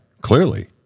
Clearly